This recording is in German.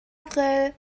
april